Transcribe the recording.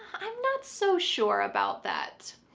i'm not so sure about that.